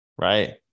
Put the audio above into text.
Right